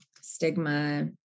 stigma